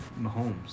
Mahomes